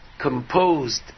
composed